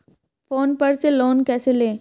Phone पर से loan कैसे लें?